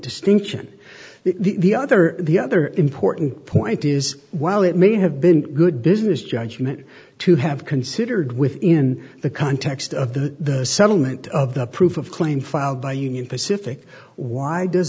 distinction the other the other important point is while it may have been good business judgement to have considered within the context of the settlement of the proof of claim filed by union pacific why d